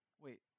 Wait